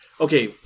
Okay